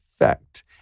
effect